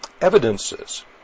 evidences